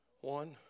One